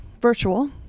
virtual